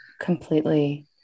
completely